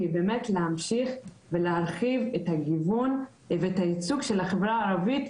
באמת להמשיך ולהרחיב את הגיוון ואת הייצוג של החברה הערבית,